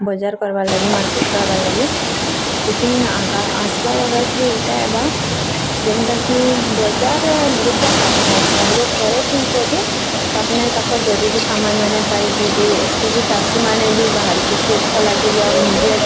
ବଜାର୍ କର୍ବାର୍ ଲାଗି ମାର୍କେଟ୍ କର୍ବାର୍ ଲାଗି ଲିକିନ୍ ଆଗା ଆସ୍ବା ବରଷ୍ରେ ଇଟା ହେବା ଯେନ୍ତାକି ବଜାର୍ ଲୁକର୍ ପାଇ ପାଖ୍କେ ଆସ୍ବା ଲୋକ୍ ଘରେ ଥିକରି ତାପ୍ନେ ଜରୁରୀ ସାମାନ୍ ପାଇଯିବେ ଏତ୍କିକି ଚାଷୀମାନେ ବାହରିକି କ୍ଷେତ୍ ଖଲାକେ ବି ଆଉ ନିଜେ